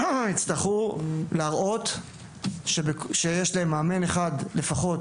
יצטרכו להראות שיש להם מאמן אחד לפחות